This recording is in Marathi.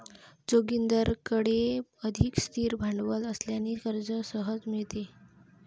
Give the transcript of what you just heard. जोगिंदरकडे अधिक स्थिर भांडवल असल्याने कर्ज सहज मिळते